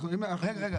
אם אנחנו נכנסים --- רגע,